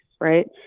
right